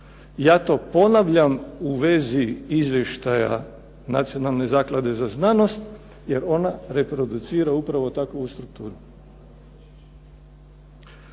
Ja to ponavljam u vezi izvještaja Nacionalne zaklade za znanost, jer ona reproducira upravo takvu strukturu.